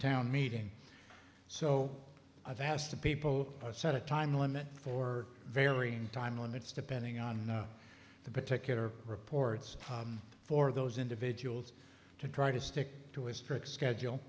town meeting so i've asked people set a time limit for varying time limits depending on the particular reports for those individuals to try to stick to a strict schedule